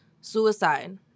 Suicide